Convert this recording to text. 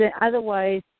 otherwise